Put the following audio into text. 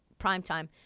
primetime